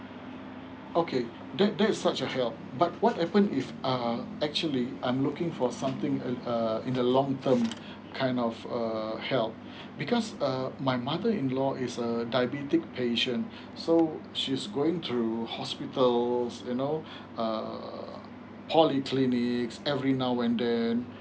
okay that that is such a help but what happen if uh actually I'm looking for something uh in the long term kind of uh help because uh my mother in law is err diabetic patient so she's going through hospitals you know uh polyclinics every now and then